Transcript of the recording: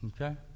Okay